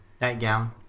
Nightgown